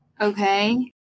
okay